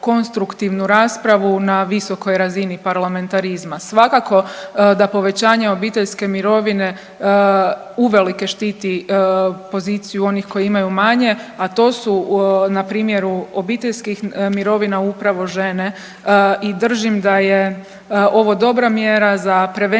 konstruktivnu raspravu na visokoj razini parlamentarizma. Svakako da povećanje obiteljske mirovine uvelike štiti poziciju onih koji imaju manje, a to su na primjeru obiteljski mirovina upravo žene i držim da je ovo dobra mjera za prevenciju